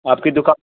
آپ کی دکان